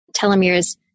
telomeres